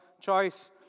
choice